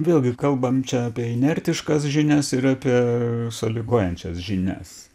vėlgi kalbam čia apie inertiškas žinias ir apie sąlygojančias žinias